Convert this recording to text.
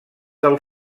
del